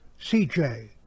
CJ